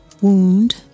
wound